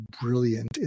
brilliant